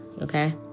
okay